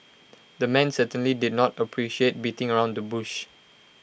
the man certainly did not appreciate beating around the bush